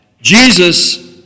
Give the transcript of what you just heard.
Jesus